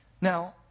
Now